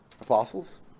apostles